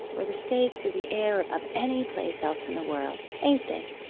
or the steaks, or the air of any place else in the world. ain't they?